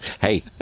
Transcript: Hey